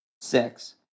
Six